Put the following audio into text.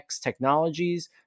Technologies